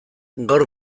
gaur